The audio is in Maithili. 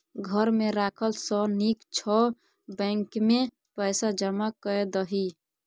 घर मे राखला सँ नीक छौ बैंकेमे पैसा जमा कए दही